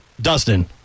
Dustin